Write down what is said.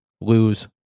Lose